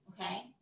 okay